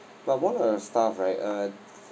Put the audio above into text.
but one of the staff right uh